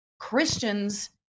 christians